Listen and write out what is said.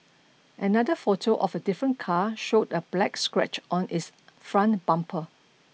another photo of a different car showed a black scratch on its front bumper